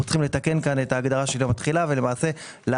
אנחנו צריכים לתקן כאן את ההגדרה של יום התחילה ולמעשה להחיל